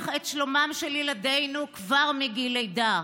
את שלומם של ילדינו כבר מגיל לידה.